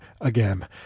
again